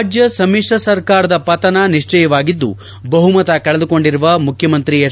ರಾಜ್ಯ ಸಮಿತ್ರ ಸರ್ಕಾರದ ಪತನ ನಿಶ್ವಿತವಾಗಿದ್ದು ಬಹುಮತ ಕಳೆದುಕೊಂಡಿರುವ ಮುಖ್ಯಮಂತ್ರಿ ಎಚ್